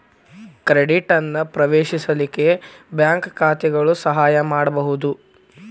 credit ಅನ್ನ ಪ್ರವೇಶಿಸಲಿಕ್ಕೆ bank ಖಾತಾಗಳು ಸಹಾಯ ಮಾಡ್ಬಹುದು